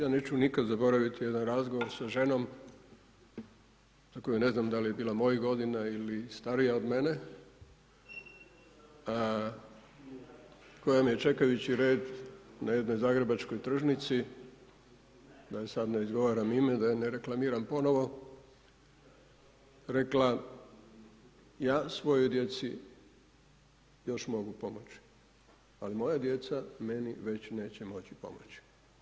Ja neću nikad zaboraviti jedan razgovor sa ženom za koju ne znam da li bila mojih godina ili starija od mene, koja me je čekajući red na jednoj zagrebačkoj tržnici da joj sad ne izgovaram ime da je ne reklamiram ponovo, rekla – ja svojoj djeci još mogu pomoći, ali moja djeca meni već neće moći pomoći.